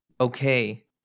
okay